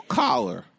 collar